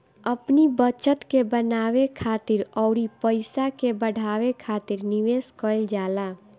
अपनी बचत के बनावे खातिर अउरी पईसा के बढ़ावे खातिर निवेश कईल जाला